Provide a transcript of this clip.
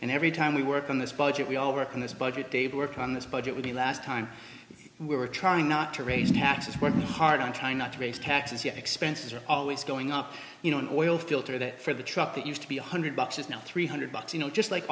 and every time we work on this budget we all work on this budget dave worked on this budget with the last time we were trying not to raise taxes working hard on trying not to raise taxes yet expenses are always going up you know an oil filter that for the truck that used to be one hundred bucks is now three hundred bucks you know just like